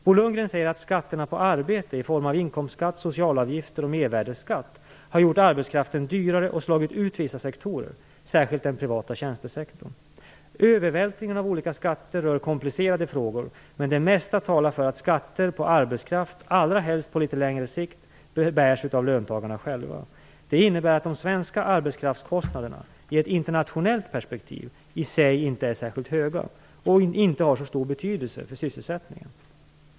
Bo Lundgren säger att skatterna på arbete i form av inkomstskatt, socialavgifter och mervärdesskatt har gjort arbetskraften dyrare och slagit ut vissa sektorer, särskilt den privata tjänstesektorn. Övervältringen av olika skatter rör komplicerade frågor men det mesta talar för att skatter på arbetskraft, allrahelst på litet längre sikt, bärs av löntagarna själva. Det innebär att de svenska arbetskraftskostnaderna, i ett internationellt perspektiv i sig inte är särskilt höga och inte har så stor betydelse för sysselsättningen.